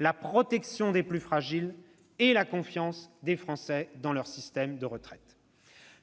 la protection des plus fragiles et la confiance des Français. «